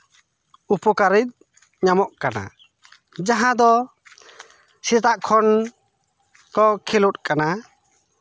ᱩᱯᱚᱠᱟᱨᱤ ᱧᱟᱢᱚᱜ ᱠᱟᱱᱟ ᱡᱟᱦᱟᱸ ᱫᱚ ᱥᱮᱛᱟᱜ ᱠᱷᱚᱱ ᱠᱚ ᱠᱷᱮᱞᱳᱜ ᱠᱟᱱᱟ